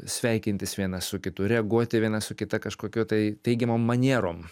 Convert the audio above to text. sveikintis vienas su kitu reaguoti viena su kita kažkokiu tai teigiamom manierom